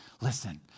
Listen